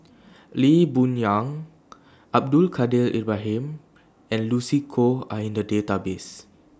Lee Boon Yang Abdul Kadir Ibrahim and Lucy Koh Are in The Database